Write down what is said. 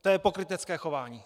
To je pokrytecké chování!